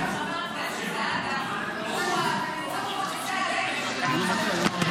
חבר הכנסת סעדה הוא נושא הדגל של מעמד המשרת,